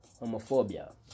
Homophobia